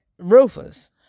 Rufus